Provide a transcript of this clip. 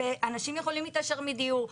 אנשים יכולים להתעשר מדיור,